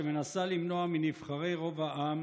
שמנסה למנוע מנבחרי רוב העם